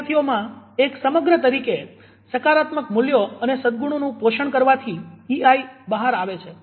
વિદ્યાર્થીમાં એક સમગ્ર તરીકે સકારાત્મક મૂલ્યો અને સદગુણોનું પોષણ કરવાથી ઈઆઈ બહાર આવે છે